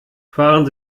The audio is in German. fahren